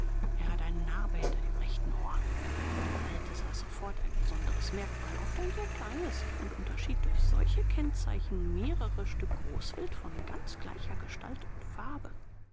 er hat eine narbe hinter dem rechten ohr der alte sah sofort ein besonderes merkmal oft ein sehr kleines und unterschied durch solche kennzeichen mehrere stücke großwild von ganz gleicher gestalt und farbe